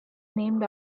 named